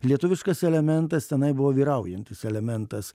lietuviškas elementas tenai buvo vyraujantis elementas